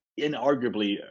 inarguably